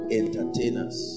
entertainers